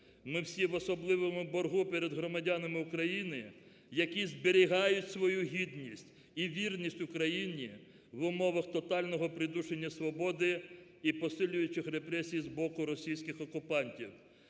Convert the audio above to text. ми всі в особливому боргу перед громадянами України, які зберігають свою гідність і вірність Україні в умовах тотального придушення свободи і посилюючих репресії з боку російських окупантів.